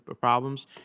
problems